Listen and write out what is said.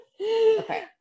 okay